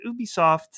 ubisoft